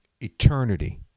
eternity